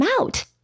out